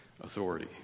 authority